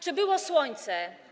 Czy było słońce?